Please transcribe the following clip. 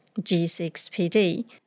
G6PD